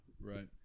Right